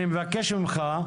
אני מבקש ממך,